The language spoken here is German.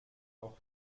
auch